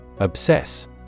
Obsess